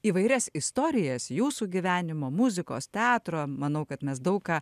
įvairias istorijas jūsų gyvenimo muzikos teatro manau kad mes daug ką